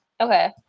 Okay